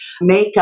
makeup